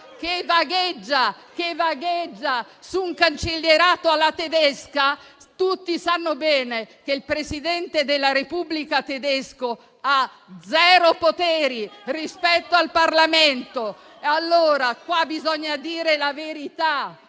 che vagheggia un cancellierato alla tedesca, tutti sanno bene che il Presidente della Repubblica tedesco ha zero poteri rispetto al Parlamento. Allora bisogna dire la verità